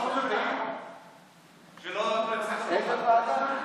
לחוץ וביטחון.